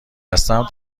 هستم